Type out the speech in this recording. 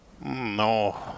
no